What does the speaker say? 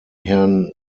herrn